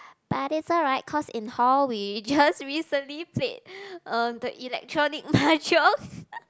but it's alright cause in hall we just recently played uh the electronic mahjong